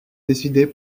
décider